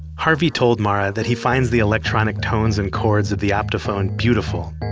harvey told mara that he finds the electronic tones and chords of the optophone beautiful.